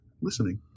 listening